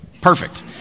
Perfect